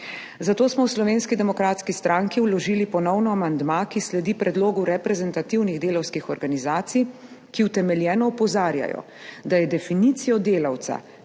zato smo v Slovenski demokratski stranki ponovno vložili amandma, ki sledi predlogu reprezentativnih delavskih organizacij, ki utemeljeno opozarjajo, da je definicijo delavca